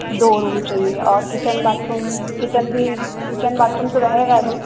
दो रूम चाहिए और किचन बाथरूम किचन भी किचन बाथरूम तो रहेगा ही